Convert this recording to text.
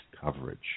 coverage